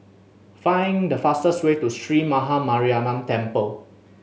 find the fastest way to Sree Maha Mariamman Temple